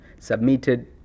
submitted